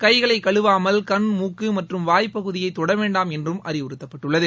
கைகளை கழுவாமல் கண் மூக்கு மற்றும் வாய் பகுதியை தொட வேண்டாம் என்றும் அறிவுறுத்தப்பட்டுள்ளது